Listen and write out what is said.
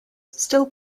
still